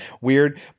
weird